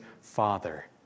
father